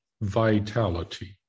vitality